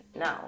No